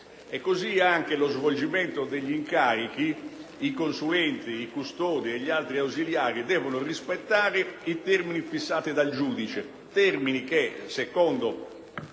Anche nello svolgimento degli incarichi, i consulenti, i custodi e gli altri ausiliari devono rispettare i termini fissati dal giudice che, secondo